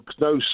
No